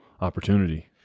opportunity